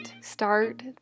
Start